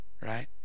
right